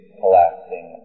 collapsing